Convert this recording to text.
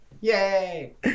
Yay